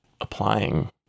applying